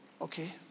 Okay